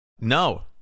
No